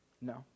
No